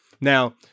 Now